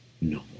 no